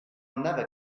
never